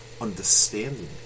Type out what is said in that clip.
understanding